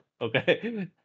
Okay